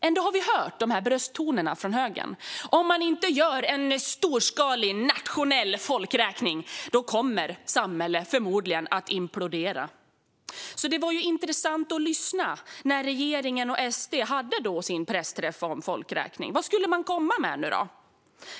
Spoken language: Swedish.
Ändå hör vi dessa brösttoner från högern: Om det inte görs en storskalig, nationell folkräkning kommer samhället förmodligen att implodera. Därför var det intressant att lyssna till regeringens och SD:s pressträff om folkräkningen. Vad skulle de komma med?